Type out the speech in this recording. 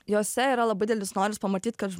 jose yra labai didelis noras pamatyt kad